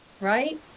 Right